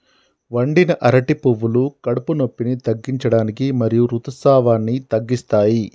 వండిన అరటి పువ్వులు కడుపు నొప్పిని తగ్గించడానికి మరియు ఋతుసావాన్ని తగ్గిస్తాయి